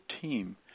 team